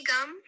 gum